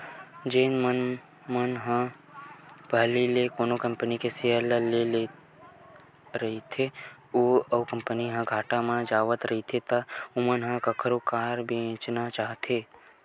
जेन मनखे मन ह पहिली ले कोनो कंपनी के सेयर ल लेए रहिथे अउ ओ कंपनी ह घाटा म जावत रहिथे त ओमन ह कखरो करा बेंचना चाहथे